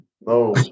No